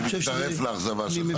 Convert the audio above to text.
אני מצטרף לאכזבה שלך.